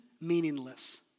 meaningless